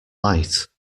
light